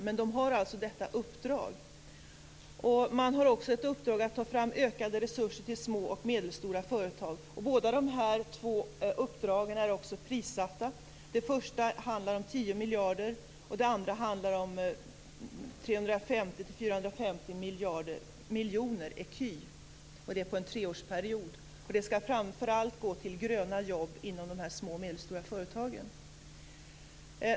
Men man har alltså detta uppdrag. Man har också i uppdrag att ta fram ökade resurser till små och medelstora företag. Båda dessa uppdrag är prissatta. Det första handlar om 10 miljarder och det andra handlar om 350-450 miljoner ecu. Det är på en treårsperiod. Det skall framför allt gå till gröna jobb inom de små och medelstora företagen.